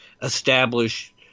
establish